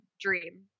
dream